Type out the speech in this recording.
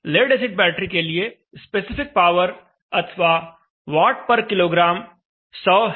lead acid battery के लिए specific power अथवा Wkg 100 है